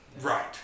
Right